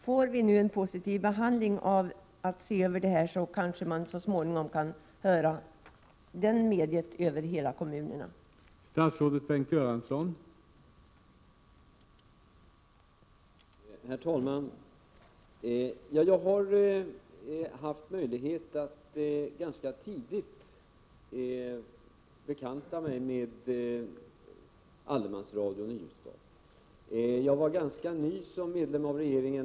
Får vi en positiv behandling som innebär att man ser över lagen, kanske man så småningom kan höra närradiosändningarna över kommunerna i deras helhet.